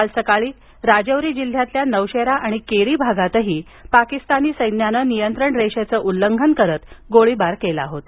काल सकाळी राजौरी जिल्ह्यातील नौशेरा केरी भागातही पाकिस्तानी सैन्यानं नियंत्रण रेषेचं उल्लंघन करीत गोळीबार केला होता